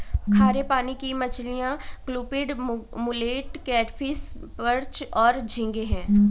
खारे पानी की मछलियाँ क्लूपीड, मुलेट, कैटफ़िश, पर्च और झींगे हैं